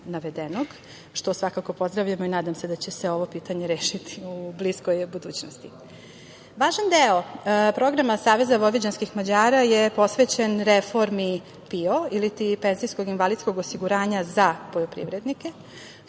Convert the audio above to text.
što svakako pozdravljamo i nadam se da će se ovo pitanje rešiti u bliskoj budućnosti. Važan deo programa SVM je posvećen reformi PIO ili ti penzijsko-invalidskog osiguranja za poljoprivrednike.